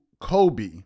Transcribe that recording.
Kobe